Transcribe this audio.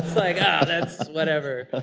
like, ah, that's whatever. ah